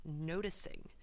noticing